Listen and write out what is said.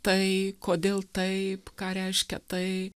tai kodėl taip ką reiškia tai